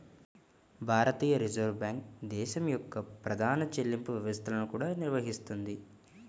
భారతీయ reserve bank దేశం యొక్క ప్రధాన చెల్లింపు వ్యవస్థలను కూడా నిర్వహిస్తుంది